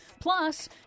plus